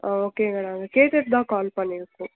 okay madam அதை கேட்குறக்குதான் call பண்ணிருக்கோம்